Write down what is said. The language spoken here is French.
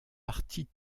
partie